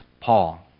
paul